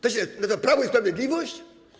To się nazywa prawo i sprawiedliwość?